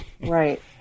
Right